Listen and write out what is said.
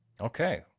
Okay